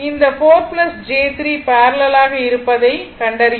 இந்த 4 j 3 parallel ஆக இருப்பதைக் கண்டறியவும்